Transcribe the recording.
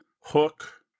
Hook